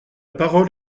parole